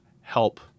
help